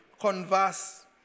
converse